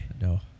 No